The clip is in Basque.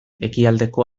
ekialdeko